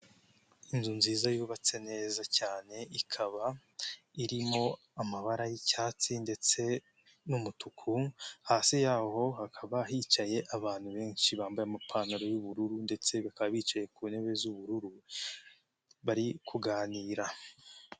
Inzu nziza yubatse neza cyane ikaba irimo amabara y'icyatsi ndetse n'umutuku, hasi y'aho hakaba hicaye abantu benshi bambaye amapantaro y'ubururu ndetse bakaba bicaye ku ntebe z'ubururu bari kuganira.